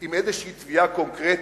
עם איזו תביעה קונקרטית.